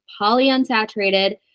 polyunsaturated